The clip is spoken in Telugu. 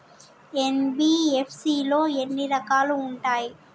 ఎన్.బి.ఎఫ్.సి లో ఎన్ని రకాలు ఉంటాయి?